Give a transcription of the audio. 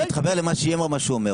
אני מתחבר למה שהוא אומר,